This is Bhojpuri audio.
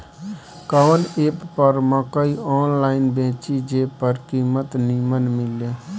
कवन एप पर मकई आनलाइन बेची जे पर कीमत नीमन मिले?